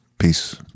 Peace